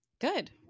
Good